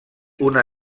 una